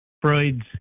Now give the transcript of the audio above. Freud's